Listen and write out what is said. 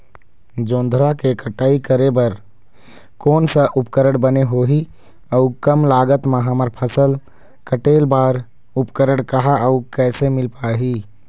जोंधरा के कटाई करें बर कोन सा उपकरण बने होही अऊ कम लागत मा हमर फसल कटेल बार उपकरण कहा अउ कैसे मील पाही?